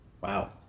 Wow